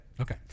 Okay